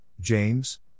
James